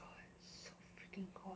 so freaking hot